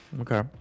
Okay